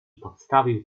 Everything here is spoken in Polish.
podstawił